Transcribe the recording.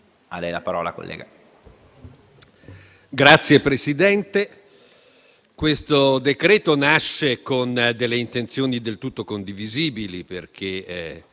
Signor Presidente, questo decreto nasce con delle intenzioni del tutto condivisibili, perché